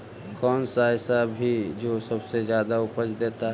कौन सा ऐसा भी जो सबसे ज्यादा उपज देता है?